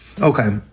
okay